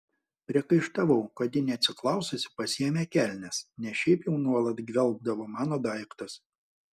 priekaištavau kad ji neatsiklaususi pasiėmė kelnes nes šiaip jau nuolat gvelbdavo mano daiktus